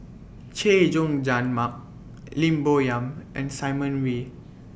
Chay Jung Jun Mark Lim Bo Yam and Simon Wee